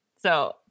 So-